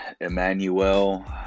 Emmanuel